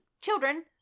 Children